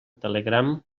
telegram